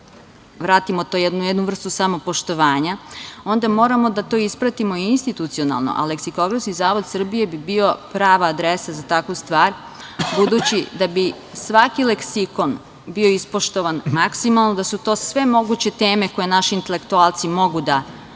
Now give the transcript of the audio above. da vratimo tu jednu vrstu samopoštovanja, onda moramo da to ispratimo i institucionalno, a leksikografski zavod Srbije bi bio prava adresa za takvu stvar, budući da bi svaki leksikon bio ispoštovan maksimalno, da su to sve moguće teme koje naše intelektualci mogu da pruže